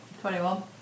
Twenty-one